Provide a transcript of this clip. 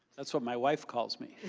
that's what my wife calls me.